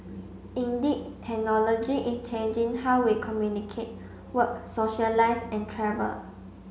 indeed technology is changing how we communicate work socialise and travel